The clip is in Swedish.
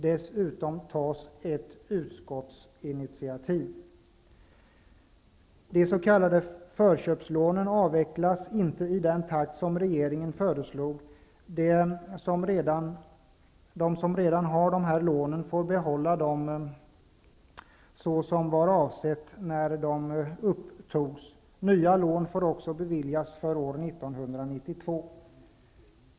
Dessutom tas ett utskottsinitiativ. De s.k. förköpslånen avvecklas inte i den takt som regeringen föreslog. De som redan har dessa lån får behålla dem så som var avsett när de togs. Nya lån får också beviljas för år 1992.